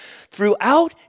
throughout